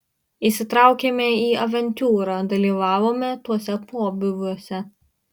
įsitraukėme į avantiūrą dalyvavome tuose pobūviuose